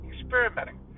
experimenting